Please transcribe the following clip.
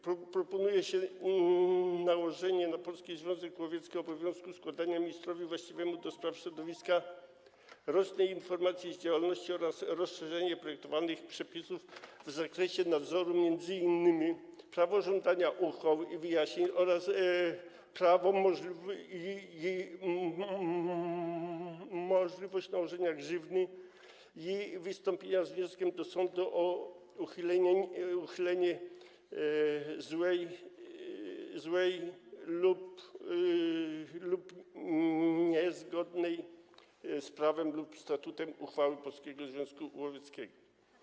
Proponuje się nałożenie na Polski Związek Łowiecki obowiązku składania ministrowi właściwemu do spraw środowiska rocznej informacji z działalności oraz rozszerzenie projektowanych przepisów w zakresie nadzoru, m.in. prawa żądania uchwał i wyjaśnień oraz prawa i możliwości nałożenia grzywny i wystąpienia z wnioskiem do sądu o uchylenie złej lub niezgodnej z prawem lub statutem uchwały Polskiego Związku Łowieckiego.